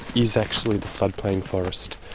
is actually the flood plain forest.